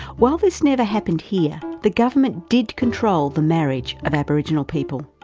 while this never happened here the government did control the marriage of aboriginal people.